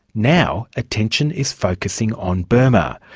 now attention is focusing on burma.